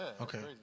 Okay